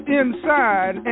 inside